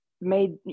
made